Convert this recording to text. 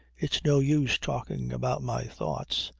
it's no use talking about my thoughts.